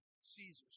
Caesar's